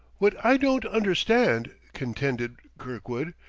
what i don't understand, contended kirkwood,